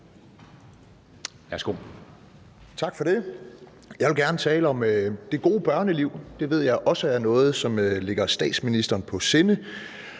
(LA): Tak for det. Jeg vil gerne tale om det gode børneliv – det ved jeg også er noget, som ligger statsministeren på sinde,